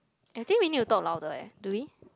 I think we need to talk louder eh do we